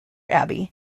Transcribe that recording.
abbey